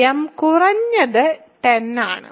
m കുറഞ്ഞത് 10 ആണ്